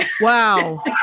Wow